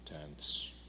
tense